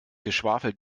geschwafel